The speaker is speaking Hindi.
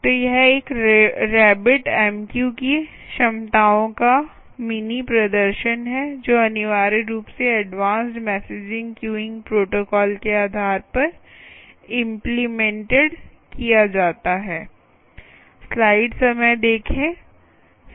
तो यह एक रैबिट MQ की क्षमताओं का एक मिनी प्रदर्शन है जो अनिवार्य रूप से एडवांस्ड मेसेज़िंग क्यूइंग प्रोटोकॉल के आधार पर इम्प्लीमेंटेड किया जाता है